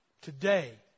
Today